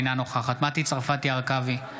אינה נוכחת מטי צרפתי הרכבי,